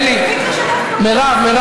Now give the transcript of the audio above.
אני רוצה לברך על הצעת החוק הזאת.